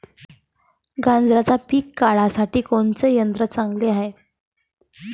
गांजराचं पिके काढासाठी कोनचे यंत्र चांगले हाय?